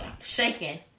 shaking